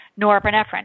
norepinephrine